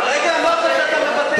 הרגע אמרת שאתה מוותר.